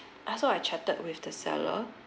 I so I chatted with the seller